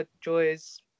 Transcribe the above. Joy's